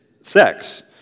sex